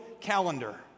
calendar